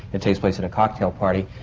it takes place at a cocktail party.